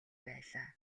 байлаа